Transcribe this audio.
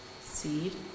seed